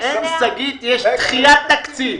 יש דחיית תקציב.